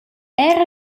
era